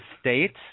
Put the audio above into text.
state